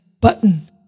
button